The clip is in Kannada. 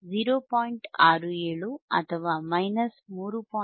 67 ಅಥವಾ 3